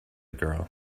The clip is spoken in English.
girl